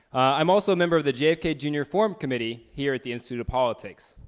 i'm also a member of the jfk jr. forum committee here at the institute of politics.